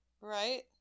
Right